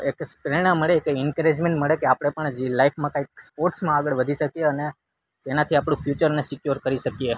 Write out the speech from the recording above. એક પ્રેરણા મળે કે ઈન્કરેઝમેન્ટ કે આપણે પણ જી લાઈફમાં કંઈક સ્પોટ્સમાં આગળ વધી શકીએ અને જેનાથી આપણા ફ્યુચરને સિક્યોર કરી શકીએ